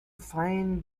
find